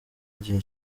igihe